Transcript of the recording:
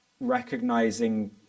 recognizing